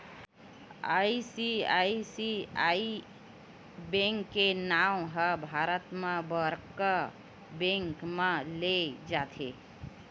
ICICI bank के नांव ह भारत म बड़का बेंक म लेय जाथे